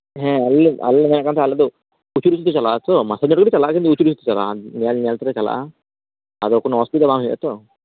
ᱦᱮᱸ ᱟᱞᱮᱞᱮ ᱟᱞᱮᱞᱮ ᱢᱮᱱᱮᱫ ᱠᱟᱱ ᱛᱟᱦᱮᱸᱱᱟᱞᱮ ᱫᱚ ᱯᱨᱚᱪᱩᱨ ᱜᱚᱛᱤᱛᱮ ᱛᱮ ᱪᱟᱞᱟᱜᱼᱟ ᱛᱚ ᱢᱟᱥᱟᱝᱡᱳᱲ ᱠᱟᱹᱴᱤᱡ ᱞᱮ ᱪᱟᱞᱜᱼᱟ ᱛᱚ ᱧᱮᱞ ᱧᱮᱞ ᱛᱮᱞᱮ ᱪᱟᱞᱟᱜᱼᱟ ᱟᱫᱚ ᱠᱚᱱᱚ ᱚᱥᱩᱵᱤᱫᱟ ᱵᱟᱝ ᱦᱩᱭᱩᱜᱼᱟ ᱛᱚ